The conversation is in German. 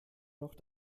noch